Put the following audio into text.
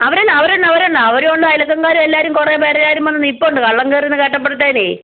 അവരല്ല അവരല്ല അവരല്ല അവരും ഉണ്ട് അയൽവക്കകാരെല്ലാം കുറെ പേരെല്ലാരും വന്ന് നിൽപ്പുണ്ട് കള്ളൻ കേറിയെന്ന് കേട്ടപ്പത്തേനെ